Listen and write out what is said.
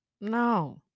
No